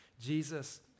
Jesus